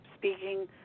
Speaking